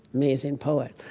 amazing poet,